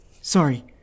Sorry